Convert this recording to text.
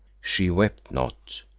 she wept not,